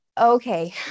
okay